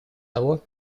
того